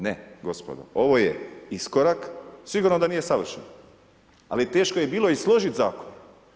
Ne gospodo, ovo je iskorak sigurno da nije savršen, ali teško je bilo i složiti zakon.